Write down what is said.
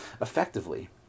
effectively